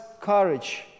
courage